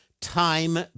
time